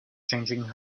changing